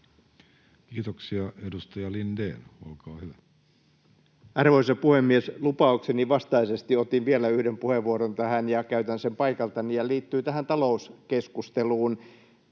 Kiitoksia. — Edustaja Lindén, olkaa hyvä. Arvoisa puhemies! Lupaukseni vastaisesti otin vielä yhden puheenvuoron tähän, ja käytän sen paikaltani. Se liittyy tähän talouskeskusteluun.